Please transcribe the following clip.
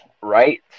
Right